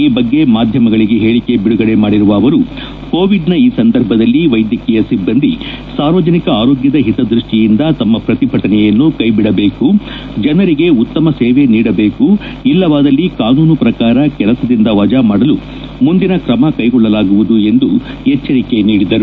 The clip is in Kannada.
ಈ ಬಗ್ಗೆ ಮಾಧ್ಯಮಗಳಿಗೆ ಹೇಳಿಕೆ ಬಿಡುಗಡೆ ಮಾಡಿರುವ ಅವರು ಕೋವಿಡ್ ಈ ಸಂದರ್ಭದಲ್ಲಿ ವೈದ್ಯಕೀಯ ಸಿಬ್ಬಂದಿ ಸಾರ್ವಜನಿಕ ಆರೋಗ್ಯದ ಹಿತದ್ಯಸ್ವಿಯಿಂದ ತಮ್ಮ ಪ್ರತಿಭಟನೆಯನ್ನು ಕೈಬಿಡಬೇಕು ಜನರಿಗೆ ಉತ್ತಮ ಸೇವೆ ನೀಡಬೇಕು ಇಲ್ಲವಾದರೆ ಕಾನೂನು ಪ್ರಕಾರ ಕೆಲಸದಿಂದ ವಜಾ ಮಾಡಲು ಮುಂದಿನ ಕ್ರಮ ಕೈಗೊಳ್ಳಲಾಗುವುದು ಎಂದು ಎಚ್ಚರಿಕೆ ನೀಡಿದರು